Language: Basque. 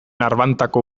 arbantako